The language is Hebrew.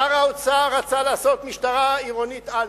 שר האוצר רצה לעשות משטרה עירונית א',